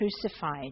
crucified